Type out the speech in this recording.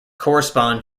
correspond